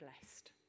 blessed